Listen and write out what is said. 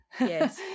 Yes